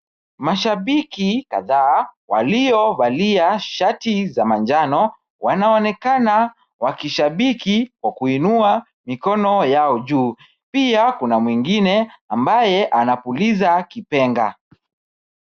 Mashabiki kadhaa waliovalia shati za manjano wanaonekana wakishabiki kwa kuinua mikono yao juu. Pia kuna mwingine ambaye anapuliza kipenga.